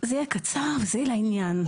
זה יהיה קצר ויהיה לעניין.